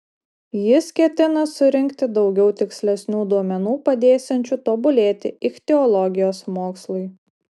jis ketina surinkti daugiau tikslesnių duomenų padėsiančių tobulėti ichtiologijos mokslui